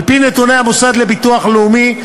על-פי נתוני המוסד לביטוח לאומי,